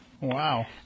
Wow